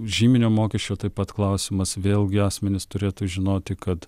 žyminio mokesčio taip pat klausimas vėlgi asmenys turėtų žinoti kad